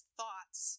thoughts